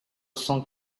cent